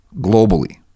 globally